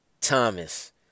Thomas